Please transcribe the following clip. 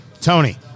Tony